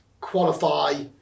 qualify